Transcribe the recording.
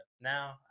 now